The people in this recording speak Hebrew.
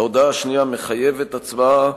ההודעה השנייה מחייבת הצבעה.